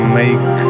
make